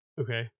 Okay